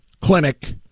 clinic